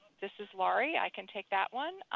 this is laurie, i can take that one.